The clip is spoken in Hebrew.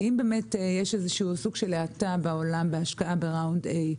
אם יש באמת איזשהו סוג של האטה בעולם בהשקעה בסבב A,